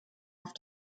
auf